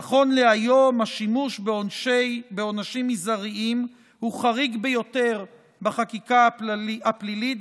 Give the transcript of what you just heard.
נכון להיום השימוש בעונשים מזעריים הוא חריג ביותר בחקיקה הפלילית,